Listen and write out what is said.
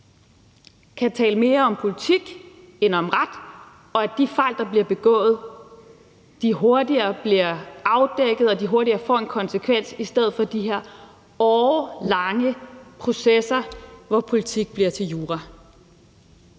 kan tale mere om politik end om ret, og at de fejl, der bliver begået, hurtigere bliver afdækket og hurtigere får en konsekvens, i stedet for at der er de her årelange processer, hvor politik bliver til jura.